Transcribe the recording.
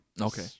Okay